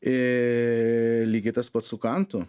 e lygiai tas pat su kantu